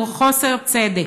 זהו חוסר צדק,